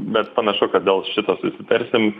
bet panašu kad dėl šito susitarsim